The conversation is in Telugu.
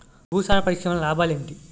భూసార పరీక్ష వలన లాభాలు ఏంటి?